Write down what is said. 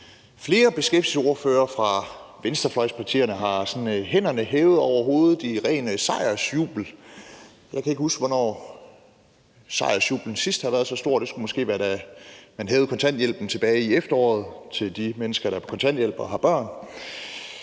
flere beskæftigelsesordførere fra venstrefløjspartierne har hænderne hævet over hovedet i ren sejrsjubel. Jeg kan ikke huske, hvornår sejrsjubelen sidst har været så stor. Det skulle måske være, da man hævede kontanthjælpen tilbage i efteråret for de mennesker, der er på